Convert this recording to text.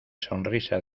sonrisa